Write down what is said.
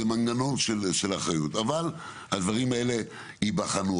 זהו מנגנון של אחריות, אבל הדברים האלה ייבחנו.